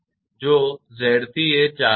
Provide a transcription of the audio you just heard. જો 𝑍𝑐 એ 400 and R એ 400 છે